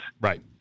Right